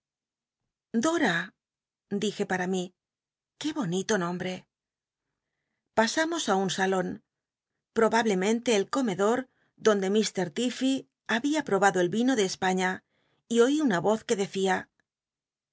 dora dije ara mi qué bonito nombre pasamos ü un salon pobablemcntc el comedo donde lfr l'iffey había probado el vino de espaiia y oí una voz que decía